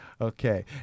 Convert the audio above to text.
Okay